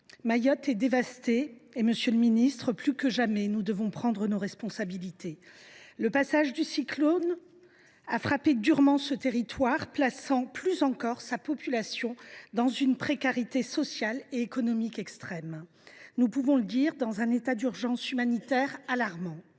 Mayotte est dévastée et, plus que jamais, monsieur le ministre, nous devons prendre nos responsabilités. Le passage du cyclone a frappé durement ce territoire, plaçant plus encore sa population dans une précarité sociale et économique extrême et dans un état d’urgence humanitaire alarmant.